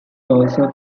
also